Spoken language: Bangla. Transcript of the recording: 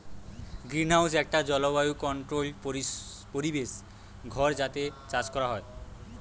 গ্রিনহাউস একটা জলবায়ু কন্ট্রোল্ড পরিবেশ ঘর যাতে চাষ কোরা হয়